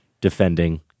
defending